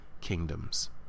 kingdoms